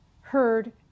heard